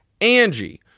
Angie